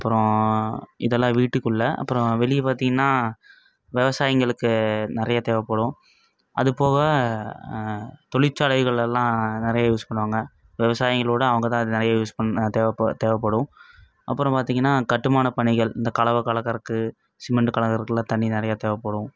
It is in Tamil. அப்பறம் இதெல்லாம் வீட்டுக்குள்ளே அப்பறம் வெளியே பார்த்திங்கன்னா விவசாயிங்களுக்கு நிறைய தேவைப்படும் அது போக தொழிற்சாலைகளெல்லாம் நிறைய யூஸ் பண்ணுவாங்க விவசாயிங்களைவிட அவங்க தான் நிறைய யூஸ் பண் தேவை தேவைப்படும் அப்புறம் பார்த்திங்கன்னா கட்டுமானப் பணிகள் இந்த கலவை கலக்கறதுக்கு சிமெண்ட் கலக்குறதுக்கெலாம் தண்ணி நிறையா தேவைப்படும்